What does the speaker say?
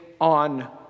on